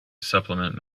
supplement